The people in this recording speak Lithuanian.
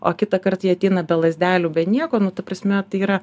o kitąkart jie ateina be lazdelių be nieko nu ta prasme tai yra